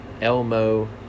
Elmo